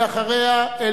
ואחריה,